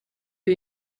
wir